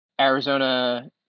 Arizona